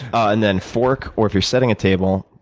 and then fork, or if you're setting a table,